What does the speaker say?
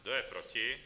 Kdo je proti?